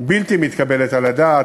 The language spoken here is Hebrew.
בלתי מתקבלת על הדעת,